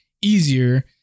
easier